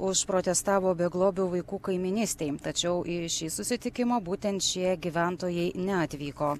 užprotestavo beglobių vaikų kaimynystei tačiau į šį susitikimą būtent šie gyventojai neatvyko